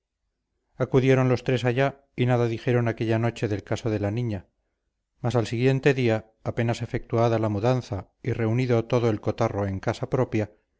acudieron los tres allá y nada dijeron aquella noche del caso de la niña mas al siguiente día apenas efectuada la mudanza y reunido todo el cotarro en casa propia